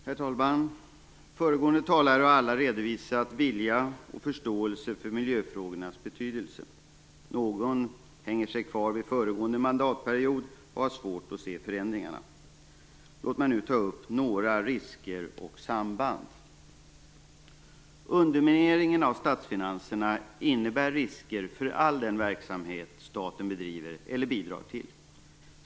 Herr talman! De föregående talarna har redovisat vilja och förståelse för miljöfrågornas betydelse. Någon hänger sig kvar vid föregående mandatperiod och har svårt att se förändringarna. Låt mig nu ta upp några risker och samband. Undermineringen av statsfinanserna innebär risker för all den verksamhet som staten bedriver eller bidrar till.